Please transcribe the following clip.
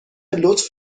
لطف